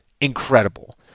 incredible